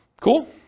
Cool